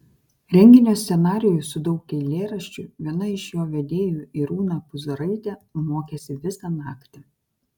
renginio scenarijų su daug eilėraščių viena iš jo vedėjų irūna puzaraitė mokėsi visą naktį